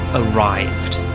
arrived